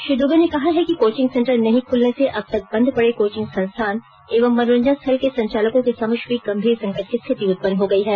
श्री दूबे ने कहा है कि कोचिंग सेंटर नहीं खुलने से अब तक बंद पड़े कोचिंग संस्थान एवं मनोरंजन स्थल के संचालकों के समक्ष भी गंभीर संकट की स्थिति उत्पन्न हो गई है